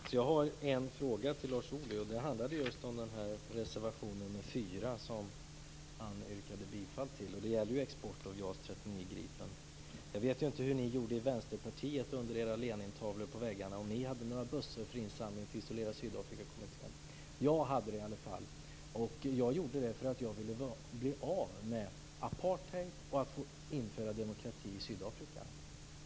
Fru talman! Jag har en fråga till Lars Ohly, och den handlar just om reservation nr 4, som han yrkade bifall till. Det gäller export av JAS 39 Gripen. Jag vet inte hur ni i Vänsterpartiet gjorde under era Lenintavlor på väggarna, om ni hade några bössor för insamling till Isolera Sydafrika-kommittén. Jag hade det i alla fall. Jag gjorde det därför att jag ville bli av med apartheid och införa demokrati i Sydafrika.